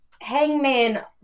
Hangman